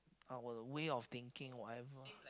our way of thinking whatever